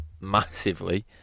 massively